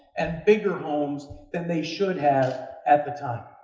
and bigger homes than they should have at the time.